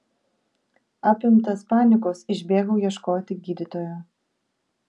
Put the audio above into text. apimtas panikos išbėgau ieškoti gydytojo